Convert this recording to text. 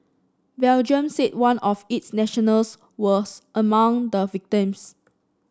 Belgium said one of its nationals was among the victims